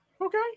Okay